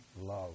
love